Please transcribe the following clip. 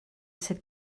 sydd